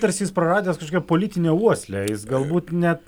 tarsi jis praradęs kažkokią politinę uoslę jis galbūt net